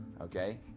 okay